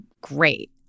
great